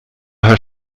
herr